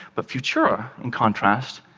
but futura, in contrast,